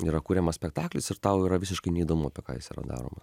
yra kuriamas spektaklis ir tau yra visiškai neįdomu apie ką jis yra daromas